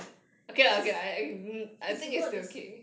his votes